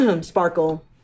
Sparkle